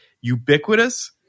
ubiquitous